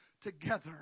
together